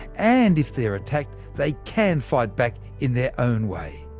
and if they're attacked, they can fight back in their own way.